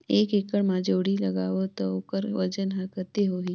एक एकड़ मा जोणी ला लगाबो ता ओकर वजन हर कते होही?